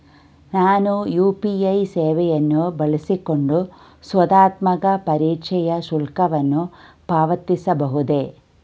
ನಾನು ಯು.ಪಿ.ಐ ಸೇವೆಯನ್ನು ಬಳಸಿಕೊಂಡು ಸ್ಪರ್ಧಾತ್ಮಕ ಪರೀಕ್ಷೆಯ ಶುಲ್ಕವನ್ನು ಪಾವತಿಸಬಹುದೇ?